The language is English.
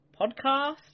podcast